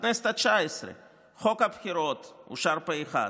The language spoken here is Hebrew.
בכנסת התשע-עשרה חוק הבחירות אושר פה אחד.